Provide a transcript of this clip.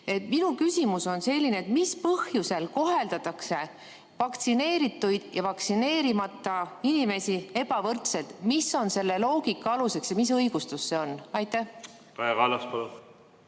Minu küsimus on selline: mis põhjusel koheldakse vaktsineeritud ja vaktsineerimata inimesi ebavõrdselt, mis on selle loogika aluseks ja mis see õigustus on? Kaja Kallas, palun!